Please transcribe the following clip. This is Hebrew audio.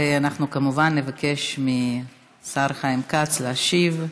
אנחנו כמובן נבקש מהשר חיים כץ להשיב.